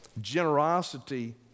Generosity